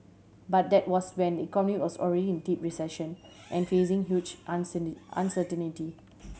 but that was when the economy was already in deep recession and facing huge uncertainty